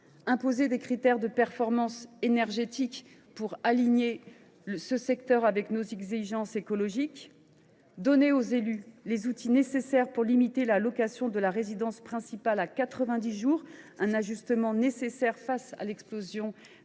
impose des critères de performance énergétique pour aligner ce secteur sur nos exigences écologiques ; elle donne aux élus les outils nécessaires pour limiter la location d’une résidence principale à 90 jours, un ajustement indispensable face à l’explosion